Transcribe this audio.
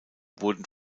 wurden